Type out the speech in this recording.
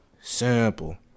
Simple